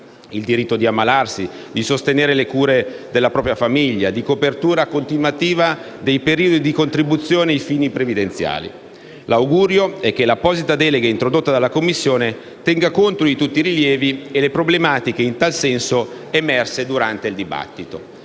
il diritto di ammalarsi, di sostenere le cure della propria famiglia e la copertura continuativa dei periodi di contribuzione ai fini previdenziali. L’augurio è che l’apposita delega introdotta dalla Commissione tenga conto di tutti i rilievi e delle problematiche in tal senso emerse durante il dibattito.